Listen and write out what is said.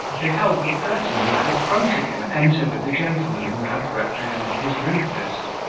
beheld the person who had affronted him enter with the gentleman who had reprehended his rudeness.